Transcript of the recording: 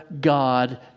God